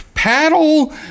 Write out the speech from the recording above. Paddle